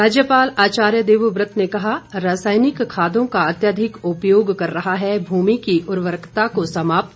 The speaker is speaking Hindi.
राज्यपाल आचार्य देवव्रत ने कहा रासायनिक खादों का अत्यधिक उपयोग कर रहा है भूमि की उर्वरकता को समाप्त